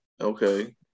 Okay